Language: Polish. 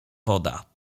woda